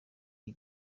iyi